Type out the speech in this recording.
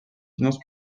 finances